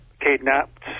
kidnapped